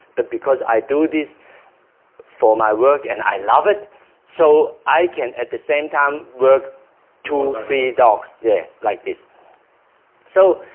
but because i do this for my work and i love it so i can at the same time work two three dogs. yeah like this so